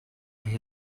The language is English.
they